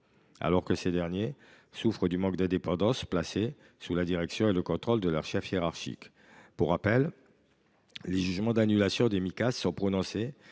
alors que ces derniers souffrent d’un manque d’indépendance, étant placés sous la direction et le contrôle de leurs chefs hiérarchiques. Pour rappel, les jugements d’annulation des Micas sont prononcés